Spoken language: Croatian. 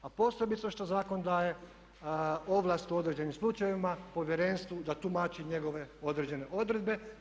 A posebice što zakon daje ovlast u određenim slučajevima povjerenstvu da tumači njegove određene odredbe.